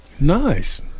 Nice